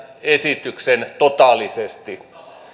esityksen totaalisesti